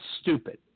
stupid